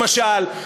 למשל,